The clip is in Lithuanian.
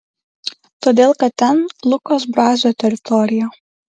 todėl kad ten lukos brazio teritorija